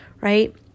Right